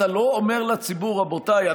אתה לא אומר לציבור: רבותיי,